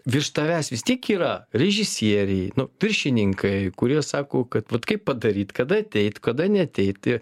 virš tavęs vis tiek yra režisieriai nu viršininkai kurie sako kad vat kaip padaryt kada ateit kada neateit